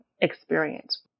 experience